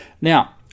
Now